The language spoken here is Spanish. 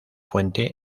fuente